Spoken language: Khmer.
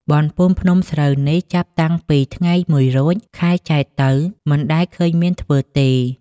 បុណ្យពូនភ្នំ ស្រូវនេះ ចាប់តាំងពីថ្ងៃ ១ រោច ខែចែត្រទៅ មិនដែលឃើញមានធ្វើទេ ។